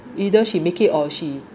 either she make it or she